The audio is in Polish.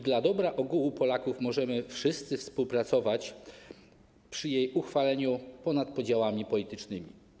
Dla dobra ogółu Polaków wszyscy możemy współpracować przy jej uchwaleniu ponad podziałami politycznymi.